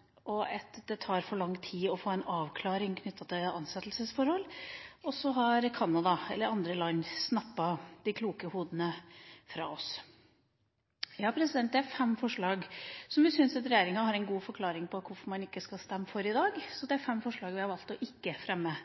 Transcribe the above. stort, og det tar for lang tid å få en avklaring om ansettelsesforhold – og så har Canada eller andre land snappet de kloke hodene fra oss. Det er fem forslag i representantforslaget der vi syns at regjeringa har en god forklaring på hvorfor man ikke skal stemme for dem i dag, så det er fem forslag vi har valgt ikke å fremme.